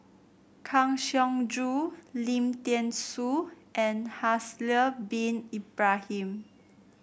Kang Siong Joo Lim Thean Soo and Haslir Bin Ibrahim